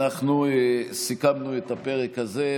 אנחנו סיכמנו את הפרק הזה,